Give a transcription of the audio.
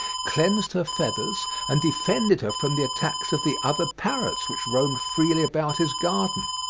cleansed her feathers, and defended her from the attacks of the other parrots which roamed freely about his garden.